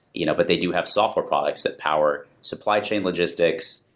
you know but they do have software products that power supply chain logistics,